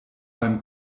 beim